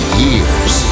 years